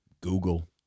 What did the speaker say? Google